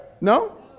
No